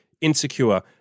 insecure